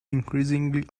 increasingly